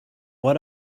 what